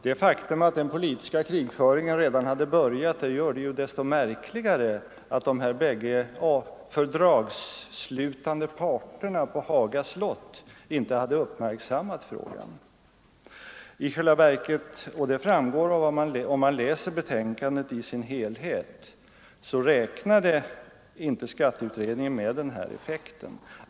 Det faktum att den politiska krigföringen redan hade börjat gör det desto märkligare att de bägge fördragsslutande parterna på Haga slott inte hade uppmärksammat frågan. I själva verket räknade inte skatteutredningen med denna effekt — det framgår om man läser betänkandet i dess helhet.